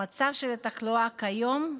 המצב של התחלואה כיום,